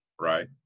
right